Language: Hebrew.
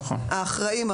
האחראים,